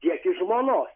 tiek iš žmonos